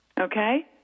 okay